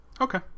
okay